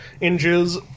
inches